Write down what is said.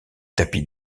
tapis